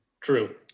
True